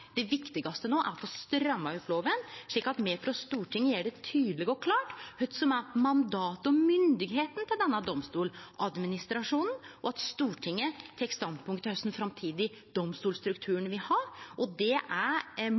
Det viktigaste no er å få stramma opp lova, slik at me frå Stortinget gjer det tydeleg og klart kva som er mandatet og myndigheita til Domstoladministrasjonen, og at Stortinget tek standpunkt til kva slags framtidig domstolsstruktur ein vil ha. Det er